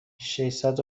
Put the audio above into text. ششصد